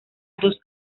dos